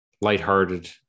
lighthearted